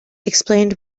explained